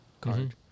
card